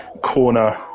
corner